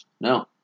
No